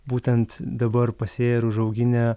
būtent dabar pasėją ir užauginę